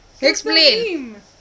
explain